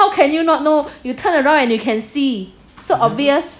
how can you not know you turn around and you can see so obvious